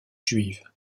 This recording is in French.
juives